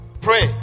Pray